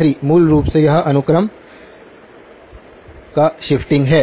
3 मूल रूप से यह अनुक्रम का शिफ्टिंग है